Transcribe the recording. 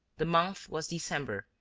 the month was december,